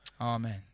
Amen